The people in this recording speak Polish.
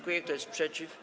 Kto jest przeciw?